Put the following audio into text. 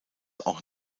auch